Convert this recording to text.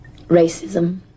racism